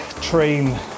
train